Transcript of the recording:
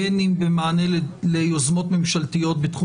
בין אם במענה ליוזמות ממשלתיות בתחום